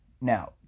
now